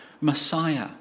Messiah